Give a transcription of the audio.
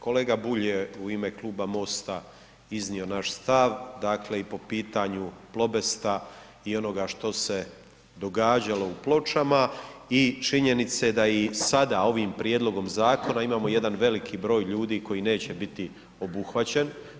Kolega Bulj je u ime Kluba MOST-a iznio naš stav, dakle i po pitanju Plobesta i onoga što se događalo u Pločama i činjenice da i sada ovim prijedlogom zakona imamo jedan veliki broj ljudi koji neće biti obuhvaćen.